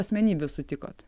asmenybių sutikot